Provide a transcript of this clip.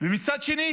ומצד שני